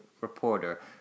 reporter